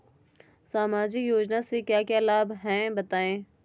सामाजिक योजना से क्या क्या लाभ हैं बताएँ?